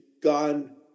gone